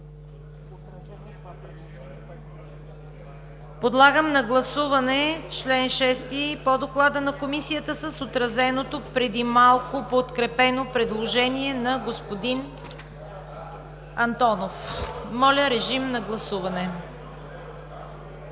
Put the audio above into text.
Подлагам на гласуване чл. 6 по Доклада на Комисията с отразеното преди малко, подкрепено предложение на господин Антонов. Гласували